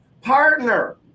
partner